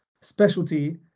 specialty